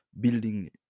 building